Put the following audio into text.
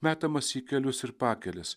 metamasi į kelius ir pakelės